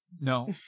No